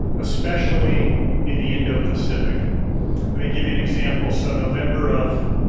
especially in the indo-pacific. let me give you an example, so november of